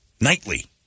nightly